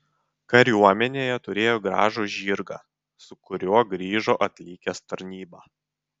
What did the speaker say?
kariuomenėje turėjo gražų žirgą su kuriuo grįžo atlikęs tarnybą